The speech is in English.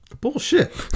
Bullshit